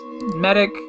medic